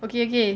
okay okay